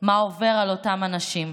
מה עובר על אותם אנשים.